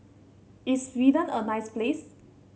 is Sweden a nice place